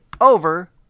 over